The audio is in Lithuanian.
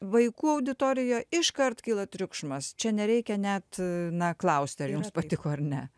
vaikų auditorijoj iškart kyla triukšmas čia nereikia net na klausti ar jums patiko ar ne